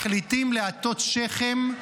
מחליטים להטות שכם,